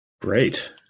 Great